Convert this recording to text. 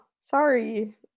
Sorry